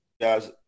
guys